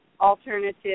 alternative